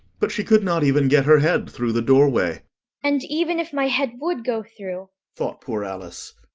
but she could not even get her head through the doorway and even if my head would go through thought poor alice,